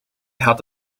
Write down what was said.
had